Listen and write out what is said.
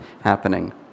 happening